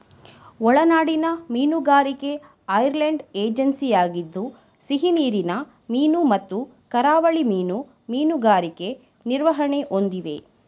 ಒಳನಾಡಿನ ಮೀನುಗಾರಿಕೆ ಐರ್ಲೆಂಡ್ ಏಜೆನ್ಸಿಯಾಗಿದ್ದು ಸಿಹಿನೀರಿನ ಮೀನು ಮತ್ತು ಕರಾವಳಿ ಮೀನು ಮೀನುಗಾರಿಕೆ ನಿರ್ವಹಣೆ ಹೊಂದಿವೆ